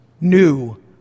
new